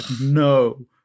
No